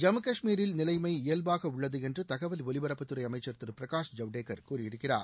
ஜம்மு கஷ்மீரில் நிலைமை இயல்பாக உள்ளது என்று தகவல் ஒலிபரப்புத்துறை அமைச்சர் திரு பிரகாஷ் ஜவடேகர் கூறியிருக்கிறார்